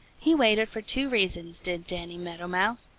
he waited for two reasons, did danny meadow mouse.